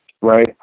right